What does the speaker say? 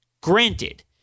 granted